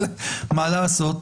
מה לעשות?